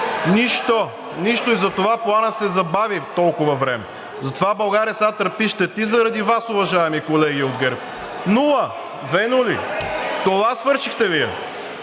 ГЕРБ-СДС.) И затова Планът се забави толкова време, затова България сега търпи щети заради Вас, уважаеми колеги от ГЕРБ. Нула, две нули – това свършихте Вие!